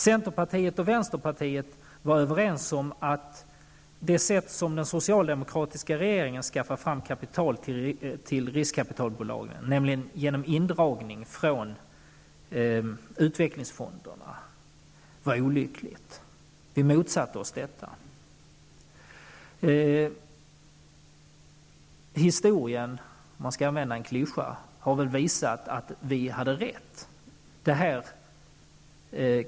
Centerpartiet och vänsterpartiet var överens om att det sätt på vilket den socialdemokratiska regeringen skaffar fram kapital till riskkapitalbolagen -- nämligen genom indragning av medel från utvecklingsfonderna -- var olyckligt. Vi motsatte oss detta. Historien, för att ta till en klyscha, har väl visat att vi hade rätt.